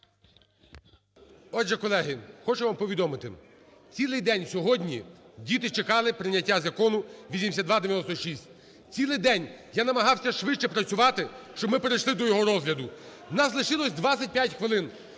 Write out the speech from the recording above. Отже, колеги, хочу вам повідомити: цілий день сьогодні діти чекали прийняття Закону 8296. Цілий день я намагався швидше працювати, щоб ми перейшли до його розгляду. У нас лишилось 25 хвилин.